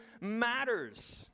matters